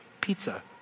pizza